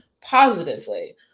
positively